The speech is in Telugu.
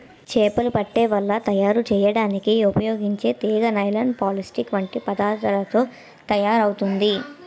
చేపలు పట్టే వల తయారు చేయడానికి ఉపయోగించే తీగ నైలాన్, ప్లాస్టిక్ వంటి పదార్థాలతో తయారవుతుంది